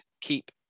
keep